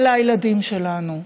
אלה הילדים שלנו.